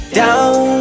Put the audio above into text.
down